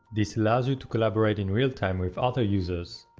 this allows you to collaborate in real time with other users,